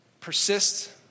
Persist